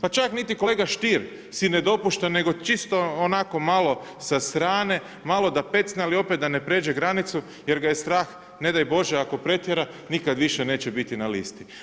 Pa čak niti kolega Stier si ne dopušta nego čisto onako malo sa strane, malo da pecne ali opet da ne pređe granicu jer ga je strah ne daj bože ako pretjera, nikad više neće biti na listi.